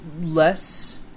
less